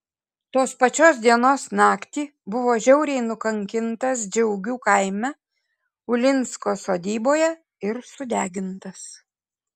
tos pačios dienos naktį buvo žiauriai nukankintas džiaugių kaime ulinsko sodyboje ir sudegintas